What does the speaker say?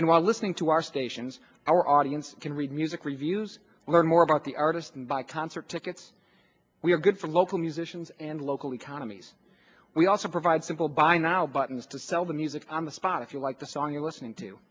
and while listening to our stations our audience can read music reviews and learn more about the artist and buy concert tickets we are good for local musicians and local economies we also provide simple buy now buttons to sell the music on the spot if you like the song you're listening to